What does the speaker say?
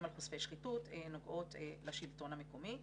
של חושפי שחיתות נובעות לשלטון המקומי.